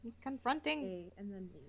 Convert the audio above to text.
confronting